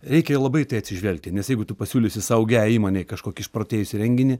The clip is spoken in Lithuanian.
reikia labai į tai atsižvelgti nes jeigu tu pasiūlysi saugiai įmonei kažkokį išprotėjusį renginį